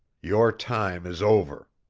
your time is over.